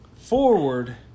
forward